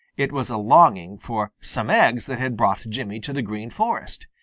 it was a longing for some eggs that had brought jimmy to the green forest.